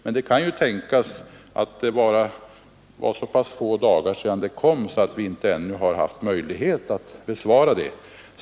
Men det kan ju tänkas att det var så pass få dagar sedan det kom att vi ännu inte haft möjlighet att besvara det.